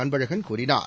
அன்பழகன் கூறினார்